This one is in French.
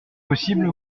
possible